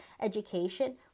education